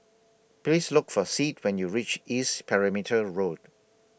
Please Look For Sid when YOU REACH East Perimeter Road